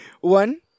One